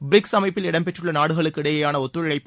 BRICS அமைப்பில் இடம்பெற்றுள்ள நாடுகளுக்கு இடையேயாள ஒத்துழைப்பு